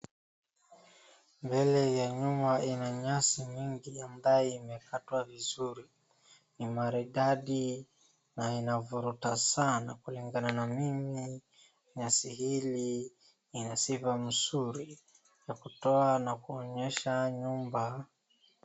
Mbele ya nyuma ina nyasi nyingi ambaye imekatwa vizuri. Ni maridadi na inavuruta sana. Kulingana na mimi, nyasi hili ina sifa nzuri na kutoa na kuonyesha nyumba.